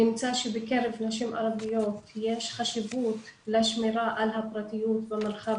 נמצא שבקרב נשים ערביות יש חשיבות לשמירה על הפרטיות במרחב